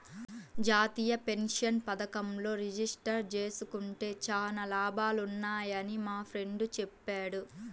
జాతీయ పెన్షన్ పథకంలో రిజిస్టర్ జేసుకుంటే చానా లాభాలున్నయ్యని మా ఫ్రెండు చెప్పాడు